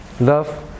Love